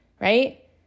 right